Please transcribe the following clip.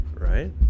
Right